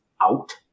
out